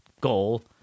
goal